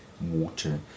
water